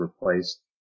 replaced